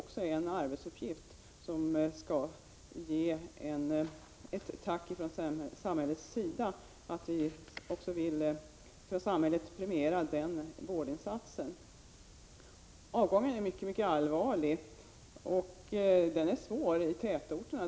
Även den arbetsuppgiften är värd ett tack från samhällets sida. Det måste framgå att samhället premierar en sådan vårdinsats. Problemet med personalavgången är mycket allvarligt, framför allt i tätorterna.